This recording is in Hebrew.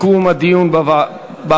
39 בעד, 13 מתנגדים, שני נמנעים.